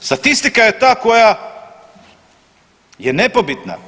Statistika je ta koja je nepobitna.